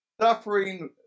Suffering